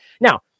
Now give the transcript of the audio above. Now